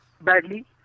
badly